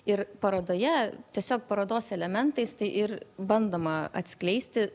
ir parodoje tiesiog parodos elementais tai ir bandoma atskleisti